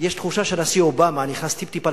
יש תחושה שהנשיא אובמה נכנס טיפ-טיפה